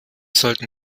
sollten